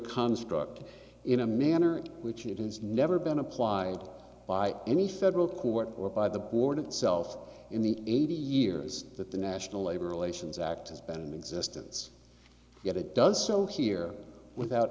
construct in a manner in which it is never been applied by any federal court or by the board itself in the eighty years that the national labor relations act has been in existence yet it does so here without